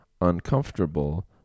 uncomfortable